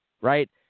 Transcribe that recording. right